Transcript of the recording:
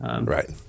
right